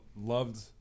loved